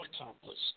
accomplished